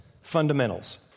fundamentals